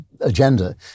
agenda